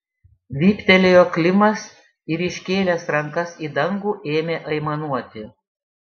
vyptelėjo klimas ir iškėlęs rankas į dangų ėmė aimanuoti